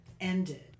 ended